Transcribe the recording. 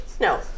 No